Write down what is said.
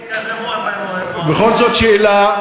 בכל זאת שאלה.